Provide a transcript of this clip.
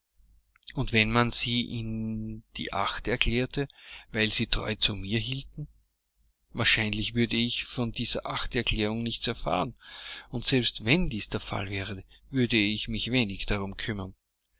und wenn man sie in die acht erklärte weil sie treu zu mir hielten wahrscheinlich würde ich von dieser achterklärung nichts erfahren und selbst wenn dies der fall wäre würde ich mich wenig darum kümmern